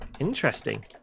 interesting